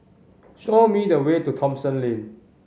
show me the way to Thomson Lane